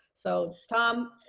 so, tom,